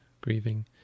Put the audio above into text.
grieving